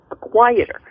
quieter